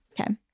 Okay